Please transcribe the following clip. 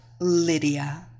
Lydia